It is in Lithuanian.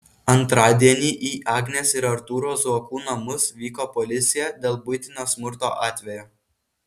antradienį į agnės ir artūro zuokų namus vyko policija dėl buitinio smurto atvejo